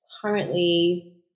currently